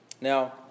Now